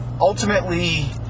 Ultimately